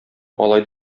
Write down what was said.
алай